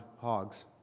hogs